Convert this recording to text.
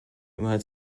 immer